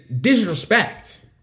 disrespect